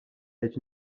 est